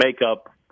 makeup